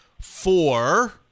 four